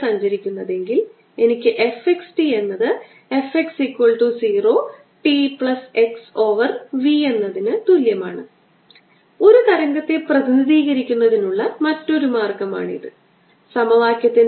അതിനാൽ ഇത് E ഗുണം 2 പൈ r 1 l തുല്യമാണ് pi r 1 square 1 over epsilon 0 ന്